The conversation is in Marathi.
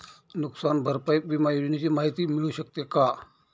नुकसान भरपाई विमा योजनेची माहिती मिळू शकते का?